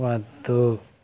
వద్దు